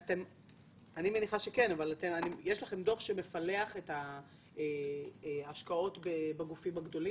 אני מניחה שכן יש לכם דוח שמפלח את ההשקעות בגופים הגדולים?